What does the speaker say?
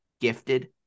gifted